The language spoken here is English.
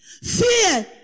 Fear